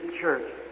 church